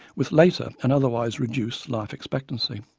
with later an otherwise reduced life expectancy.